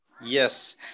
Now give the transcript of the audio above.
yes